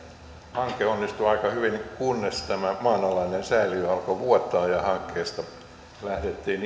hanke onnistui aika hyvin kunnes tämä maanalainen säiliö alkoi vuotaa ja hankkeesta lähdettiin